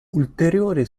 ulteriore